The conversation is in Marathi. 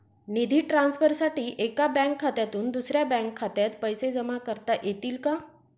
निधी ट्रान्सफरसाठी एका बँक खात्यातून दुसऱ्या बँक खात्यात पैसे जमा करता येतील का?